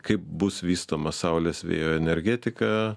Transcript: kaip bus vystoma saulės vėjo energetika